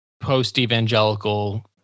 post-evangelical